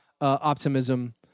optimism